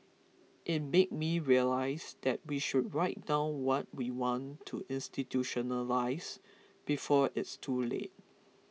it made me realise that we should write down what we want to institutionalise before it's too late